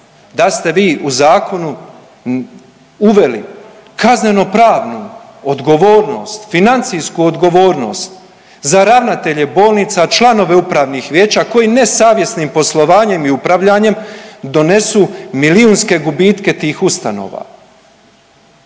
Da ste vi u zakonu uveli kaznenopravnu odgovornost, financijsku odgovornost za ravnatelje bolnica, članove upravnih vijeća koji nesavjesnim poslovanjem i upravljanjem donesu milijunske gubitke tih ustanova.